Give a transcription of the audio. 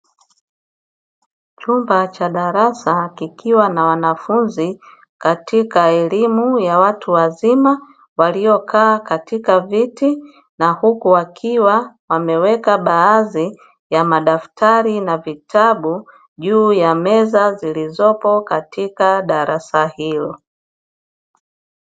Chumba cha darasa kikiwa na wanafunzi katika elimu ya watu wazima. Walio kaa katika viti na huku wakiwa wameweka, baadhi ya madaftari na vitabu juu ya meza zilizopo katika darasa hilo.